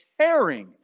caring